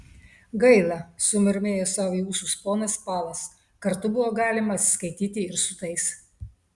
gaila sumurmėjo sau į ūsus ponas palas kartu buvo galima atsiskaityti ir su tais